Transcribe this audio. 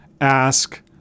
ask